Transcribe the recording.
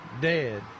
dead